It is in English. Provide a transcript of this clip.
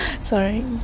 Sorry